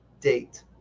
date